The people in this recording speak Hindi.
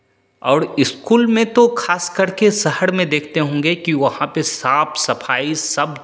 और स्कूल में तो खासकर के शहर में देखते होंगे कि वहाँ पे साफ सफाई सब